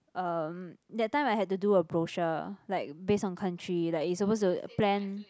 um that time I had to do a brochure like based on country like you suppose to plan